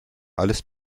alles